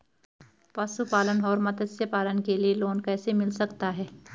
पशुपालन और मत्स्य पालन के लिए लोन कैसे मिल सकता है?